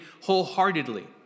wholeheartedly